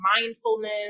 mindfulness